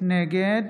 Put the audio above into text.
נגד